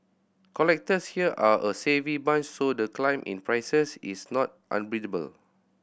collectors here are a savvy bunch so the climb in prices is not